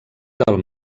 del